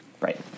Right